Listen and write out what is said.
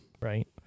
Right